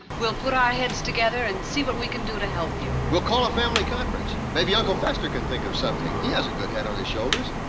we'll put our heads together and see what we can do to help you. we'll call a family conference. maybe uncle fester can think of something. he has a good head on his shoulders.